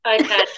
okay